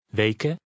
weken